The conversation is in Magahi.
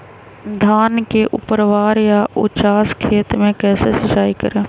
धान के ऊपरवार या उचास खेत मे कैसे सिंचाई करें?